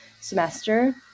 semester